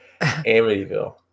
Amityville